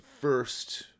first